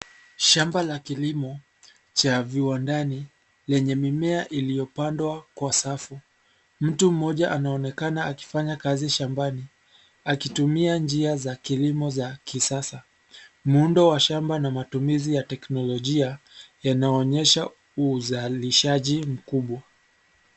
Shamba la kilimo cha viwandani lenye mimea iliyopandwa kwa safu. Mtu mmoja anaonekana akifanya kazi shambani akitumia njia za kilimo za kisasa. Muundo wa shamba na matumizi ya teknolojia yanaonyesha uzalishaji mkubwa.